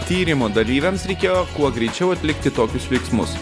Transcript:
tyrimo dalyviams reikėjo kuo greičiau atlikti tokius veiksmus